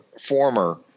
former